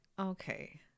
okay